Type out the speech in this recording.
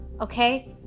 Okay